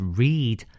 read